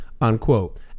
unquote